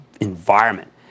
environment